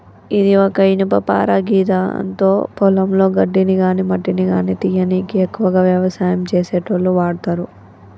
ఇది ఒక ఇనుపపార గిదాంతో పొలంలో గడ్డిని గాని మట్టిని గానీ తీయనీకి ఎక్కువగా వ్యవసాయం చేసేటోళ్లు వాడతరు